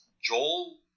Joel